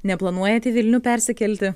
neplanuojat į vilnių persikelti